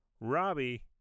Robbie